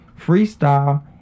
freestyle